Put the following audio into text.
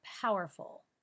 powerful